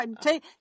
take